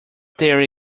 there